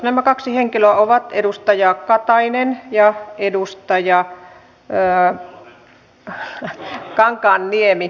nämä kaksi henkilöä ovat edustaja katainen ja edustaja kankaanniemi